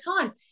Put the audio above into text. time